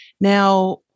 Now